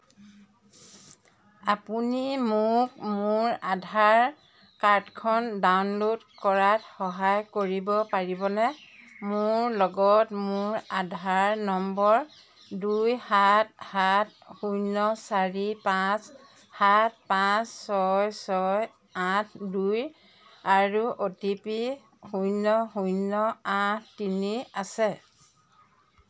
আপুনি মোক মোৰ আধাৰ কাৰ্ডখন ডাউনল'ড কৰাত সহায় কৰিব পাৰিবনে মোৰ লগত মোৰ আধাৰ নম্বৰ দুই সাত সাত শূন্য চাৰি পাঁচ সাত পাঁচ ছয় ছয় আঠ দুই আৰু অ' টি পি শূন্য শূন্য আঠ তিনি আছে